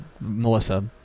Melissa